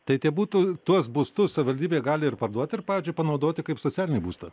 tai tie butai tuos būstus savivaldybė gali ir parduoti ir pavyzdžiui panaudoti kaip socialinį būstą